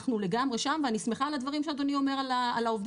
אנחנו לגמרי שם ואני שמחה על הדברים שאדוני אומר על העובדים,